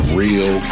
real